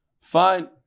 Fine